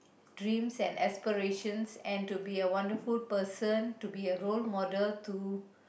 dreams and aspirations and to be a wonderful person to be a role model